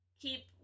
keep